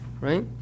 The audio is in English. right